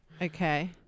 Okay